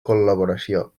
col·laboració